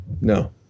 No